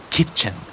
Kitchen